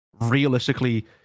realistically